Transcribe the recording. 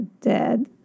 dead